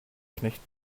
knecht